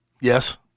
Yes